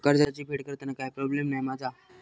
कर्जाची फेड करताना काय प्रोब्लेम नाय मा जा?